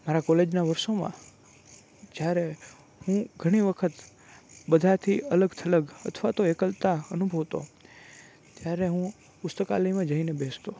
મારા કોલેજનાં વર્ષોમાં જ્યારે હું ઘણી વખત બધાંથી અલગ થલગ અથવા તો એકલતા અનુભવતો ત્યારે હું પુસ્તકાલયમાં જઈને બેસતો